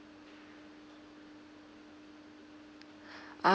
ah